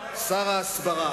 צריך שר הסברה?